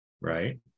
right